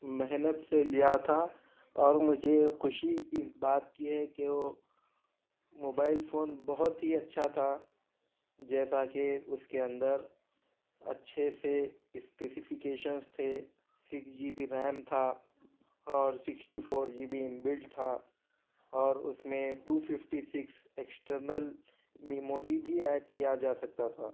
محنت سے لیا تھا اور مجھے خوشی اس بات کی ہے کہ وہ موبائل فون بہت ہی اچھا تھا جیسا کہ اس کے اندر اچھے سے اسپیسفکیشنس تھے سکس جی بی ریم تھا اور sixty four G B inbuilt تھا اور اس میں two fifty six external memory بھی ایڈ کیا جا سکتا تھا